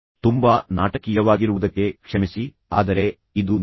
ತುಂಬಾ ನಾಟಕೀಯವಾಗಿರುವುದಕ್ಕೆ ಕ್ಷಮಿಸಿ ಆದರೆ ಇದು ತುಂಬಾ ನಿಜ